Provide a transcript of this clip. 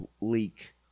leak